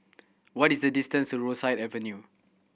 what is the distance to Rosyth Avenue